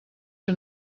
que